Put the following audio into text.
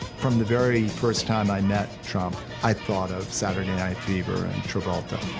from the very first time i met trump, i thought of saturday night fever and travolta.